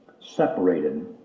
separated